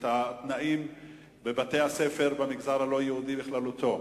את התנאים בבתי-הספר במגזר הלא-יהודי בכללותו.